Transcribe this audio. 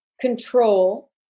control